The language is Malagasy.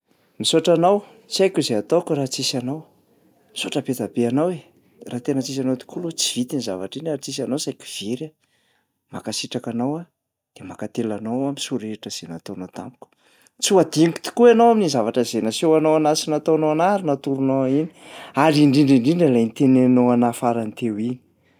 Misaotra anao! Tsy haiko izay ataoko raha tsisy anao. Misaotra betsa- be anao e, raha tena tsisy anao tokoa aloha tsy vita iny zavatra iny, ary tsisy anao saika very aho. Mankasitraka anao aho de mankatelina anao aho am'soa rehetra izay nataonao tamiko. Tsy ho adinoko tokoa ianao amin'iny zavatra izay nasehonao anahy sy nataonao anahy ary natoronao ahy iny ary indrindra indrindra lay noteneninao anahy farany teo iny.